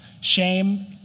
Shame